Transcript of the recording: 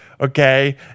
okay